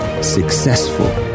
successful